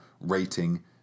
rating